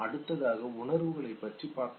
அடுத்ததாக உணர்வுகளை பற்றி பார்த்தோம்